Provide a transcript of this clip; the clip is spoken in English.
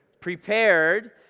prepared